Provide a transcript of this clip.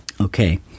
Okay